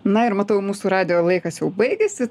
na ir matau mūsų radijo laikas jau baigėsi